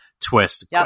twist